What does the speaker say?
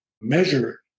measure